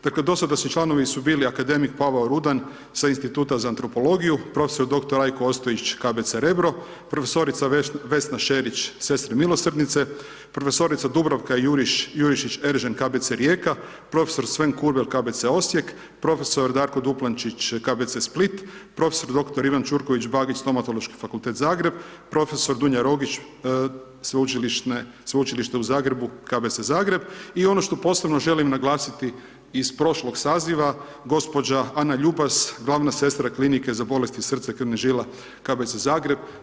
Dakle, do sada su članovi su bili akademik Pavao Rudan sa Instituta za antropologiju, prof. dr. Rajko Ostojić KBC Rebro, prof. Vesna Šerić Sestre Milosrdnice, prof. Dubravka Jurišić Eržen KBC Rijeka, prof. Sven Kurbel KBC Osijek, prof. Darko Duplančić KBC Split, prof. dr. Ivan Ćurković Bagis Stomatološki fakultet Zagreb, prof. Dunja Rogić Sveučilište u Zagrebu KBC Zagreb i ono što posebno želim naglasiti iz prošlog saziva gđa. Ana Ljubas, glavna sestra Klinike za bolesti srca i krvnih žila KBC Zagreb.